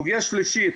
סוגיה שלישית,